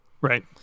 Right